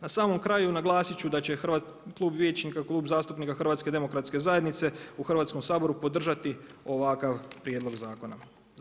Na samom kraju naglasiti ću da će klub vijećnika, Klub zastupnika HDZ-a u Hrvatskom saboru podržati ovakav prijedlog zakona.